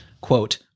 quote